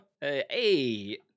Hey